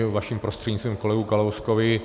Vaším prostřednictvím ke kolegovi Kalouskovi.